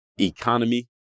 economy